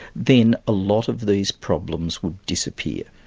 then a lot of these problems would disappear.